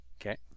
Okay